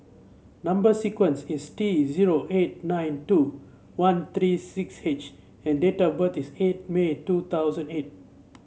number sequence is T zero eight nine two one three six H and date of birth is eight May two thousand eight